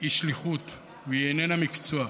היא שליחות והיא איננה מקצוע.